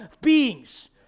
beings